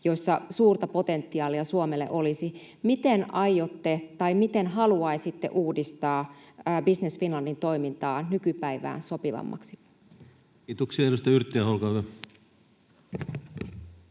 olisi suurta potentiaalia Suomelle. Miten aiotte tai miten haluaisitte uudistaa Business Finlandin toimintaa nykypäivään sopivammaksi? Kiitoksia. — Edustaja Yrttiaho, olkaa